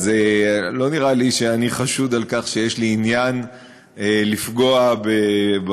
אז לא נראה לי שאני חשוד בכך שיש לי עניין לפגוע במקצוע.